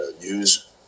news